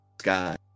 sky